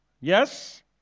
Yes